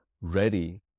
ready